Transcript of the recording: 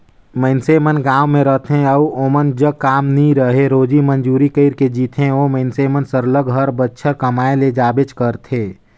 मइनसे मन गाँव में रहथें अउ ओमन जग काम नी रहें रोजी मंजूरी कइर के जीथें ओ मइनसे मन सरलग हर बछर कमाए ले जाबेच करथे